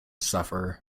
suffer